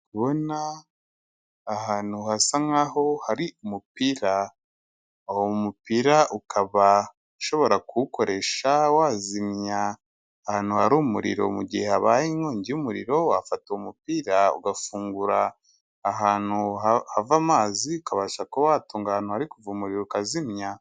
Ndikubona ahantu hasa nkaho hari umupira, uwo mupira ukaba ushobora kuwukoresha wazimya ahantu hari umuriro mu gihe habaye inkongi y'umuriro, wafata umupira ugafungura ahantu hava amazi ukabasha kuba watunga ahantu hari kuva umuriro ukazimya.